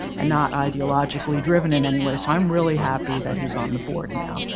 and not ideologically driven in any way. i'm really happy that he's on the board now,